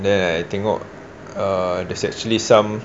there I tengok there's actually some